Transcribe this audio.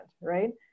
Right